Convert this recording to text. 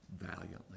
valiantly